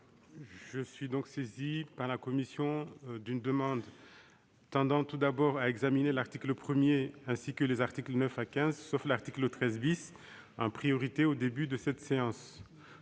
Je suis donc saisi par la commission d'une demande : tendant à examiner l'article 1, ainsi que les articles 9 à 15, sauf l'article 13, en priorité au début de cette séance